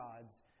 gods